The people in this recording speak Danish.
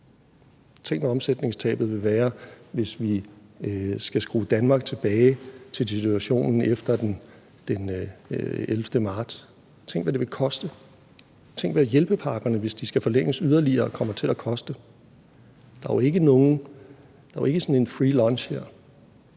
Tænk, hvad omkostningstabet vil være, hvis vi skal skrue Danmark tilbage til situationen efter den 11. marts. Tænk, hvad det vil koste! Tænk, hvad hjælpepakkerne, hvis de skal forlænges yderligere, kommer til at koste. Der er jo ikke nogen free lunch her.